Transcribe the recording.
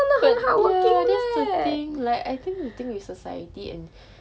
but ya that's the thing like I think and think it's the society and